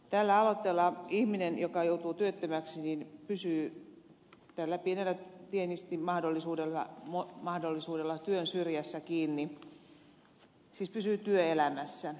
tällä aloitteella ihminen joka joutuu työttömäksi pysyy tällä pienellä tienestimahdollisuudella työn syrjässä kiinni siis pysyy työelämässä